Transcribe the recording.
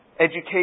education